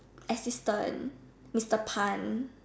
assistant Mister Pan